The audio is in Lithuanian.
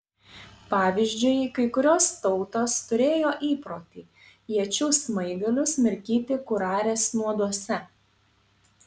pavyzdžiui kai kurios tautos turėjo įprotį iečių smaigalius mirkyti kurarės nuoduose